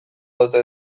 ote